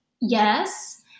yes